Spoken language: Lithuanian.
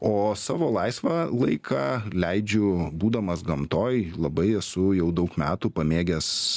o savo laisvą laiką leidžiu būdamas gamtoj labai esu jau daug metų pamėgęs